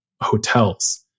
hotels